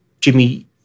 Jimmy